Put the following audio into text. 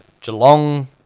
Geelong